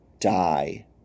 die